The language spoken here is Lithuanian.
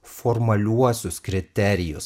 formaliuosius kriterijus